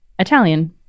Italian